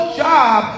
job